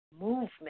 movement